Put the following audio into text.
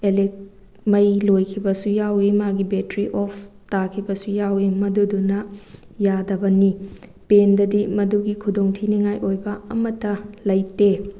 ꯃꯩ ꯂꯣꯏꯈꯤꯕꯁꯨ ꯌꯥꯎꯋꯤ ꯃꯥꯒꯤ ꯕꯦꯇ꯭ꯔꯤ ꯑꯣꯐ ꯇꯥꯈꯤꯕꯁꯨ ꯌꯥꯎꯋꯤ ꯃꯗꯨꯗꯨꯅ ꯌꯥꯗꯕꯅꯤ ꯄꯦꯟꯗꯗꯤ ꯃꯗꯨꯒꯤ ꯈꯨꯗꯣꯡ ꯊꯤꯅꯤꯡꯉꯥꯏ ꯑꯣꯏꯕ ꯑꯃꯇ ꯂꯩꯇꯦ